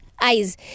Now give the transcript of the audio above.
Eyes